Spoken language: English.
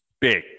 big